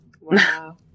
Wow